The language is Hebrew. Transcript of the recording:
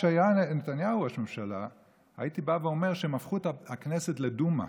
כשהיה נתניהו ראש ממשלה הייתי בא ואומר שהם הפכו את הכנסת לדומה.